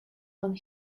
when